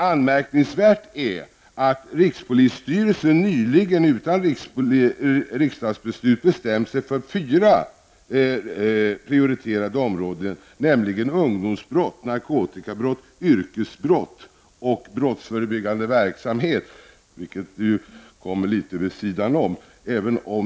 Anmärkningsvärt är att rikspolisstyrelsen nyligen utan riksdagsbeslut bestämt sig för fyra prioriterade områden, nämligen ungdomsbrott, narkotikabrott, yrkesbrott och brottsförebyggande verksamhet.